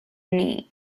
neat